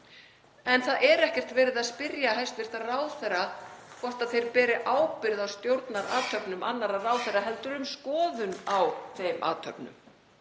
En það er ekkert verið að spyrja hæstv. ráðherra hvort þeir beri ábyrgð á stjórnarathöfnum annarra ráðherra heldur um skoðun á þeim athöfnum.